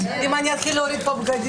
מי נגד?